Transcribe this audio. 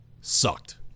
sucked